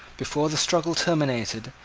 before the struggle terminated,